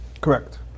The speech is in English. Correct